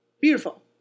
Beautiful